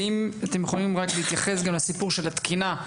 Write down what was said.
ואם אתם יכולים להתייחס גם לסיפור של התקינה.